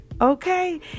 okay